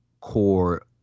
core